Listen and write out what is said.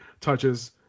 touches